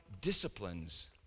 disciplines